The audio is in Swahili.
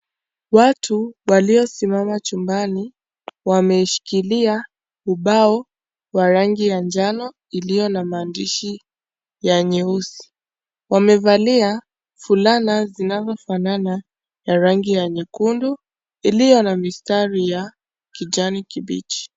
Watu waliosimama chumbani wameshikilia ubao wa rangi ya njano iliyo na maandishi ya nyeusi. Wamevalia fulana zinazofanana ya rangi ya nyekundu iliyona mistari ya kijani kibichi.